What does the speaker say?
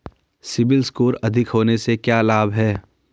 CIBIL score अधिक होने से क्या लाभ हैं?